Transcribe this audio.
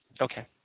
okay